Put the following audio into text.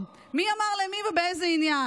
מי אמר למי ובאיזה עניין?